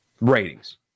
ratings